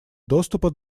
доступа